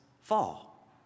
fall